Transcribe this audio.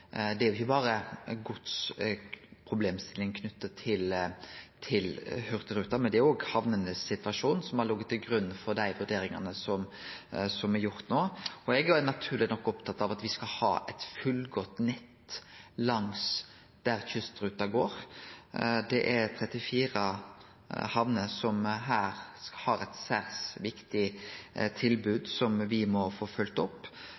det ikkje er berre ei godsproblemstilling knytt til hurtigruta. Det er òg situasjonen til hamnene som har lege til grunn for dei vurderingane som er gjorde no. Eg er naturleg nok opptatt av at me skal ha eit fullgodt nett der kystruta går. Det er 34 hamner som har eit særs viktig tilbod, som me må følgje opp,